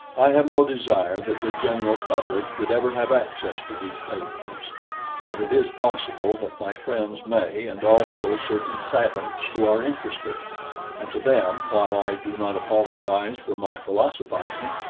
i have no desire that the general public should ever have access to these pages but it is possible that my friends may, and also certain savants who are interested and to them, while i do not apologize for my philosophizing,